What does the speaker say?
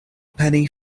penny